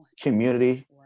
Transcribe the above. community